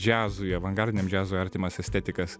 džiazui avangardiniam džiazui artimas estetikas